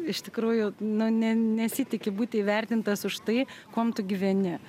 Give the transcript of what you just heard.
iš tikrųjų nu ne nesitiki būti įvertintas už tai kuom tu gyveni